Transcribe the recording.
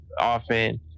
often